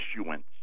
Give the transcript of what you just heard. issuance